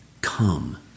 come